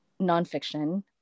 nonfiction